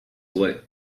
will